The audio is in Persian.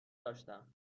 داشتم